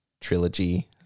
trilogy